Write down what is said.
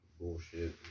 bullshit